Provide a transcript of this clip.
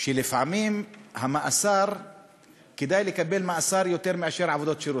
שלפעמים כדאי לקבל מאסר יותר מאשר עבודות שירות.